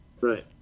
Right